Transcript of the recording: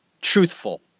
Truthful